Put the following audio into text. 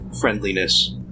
friendliness